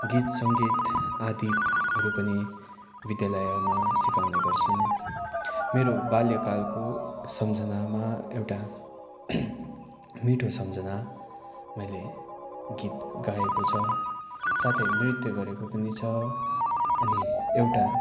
गीत सङ्गीत आदिहरू पनि विद्यालयमा सिकाउने गर्छन् मेरो वाल्यकालको सम्झनामा एउटा मिठो सम्झना मैले गीत गाएको छ साथै नृत्य गरेको पनि छ अनि एउटा